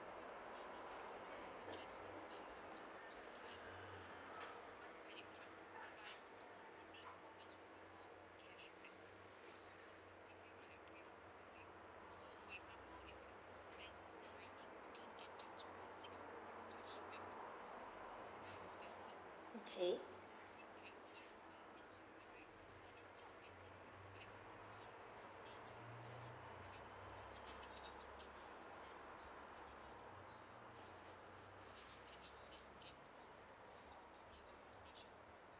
K